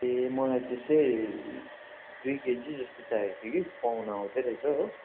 ए मलाई त्यस्तै दुई केजी जस्तो चाहिएको थियो कि पाहुना आउँदै रहेछ हो